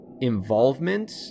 involvement